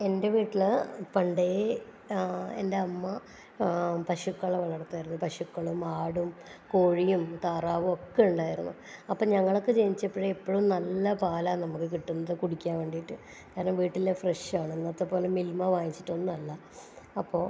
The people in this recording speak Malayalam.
എൻ്റെ വീട്ടിൽ പണ്ട് എൻ്റമ്മ പശുക്കളെ വളർത്തുമായിരുന്നു പശുക്കളും ആടും കോഴിയും താറാവും ഒക്കെ ഉണ്ടായിരുന്നു അപ്പം ഞങ്ങളക്കെ ജനിച്ചപ്പോഴേ എപ്പോഴും നല്ല പാൽ നമുക്ക് കിട്ടുന്നത് കുടിക്കാൻ വേണ്ടീട്ട് കാരണം വീട്ടിലെ ഫ്രഷ് ആണ് ഇന്നത്തെ പോലെ മിൽമ വാങ്ങിച്ചിട്ടൊന്നുമല്ല അപ്പോൾ